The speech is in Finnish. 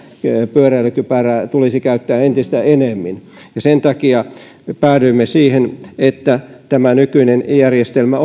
pyöräilykypärää tulisi käyttää entistä enemmän sen takia me päädyimme siihen että tämä nykyinen järjestelmä